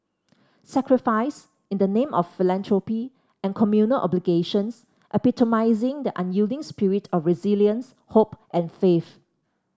sacrifice in the name of philanthropy and communal obligations epitomising the unyielding spirit of resilience hope and faith